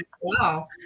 Wow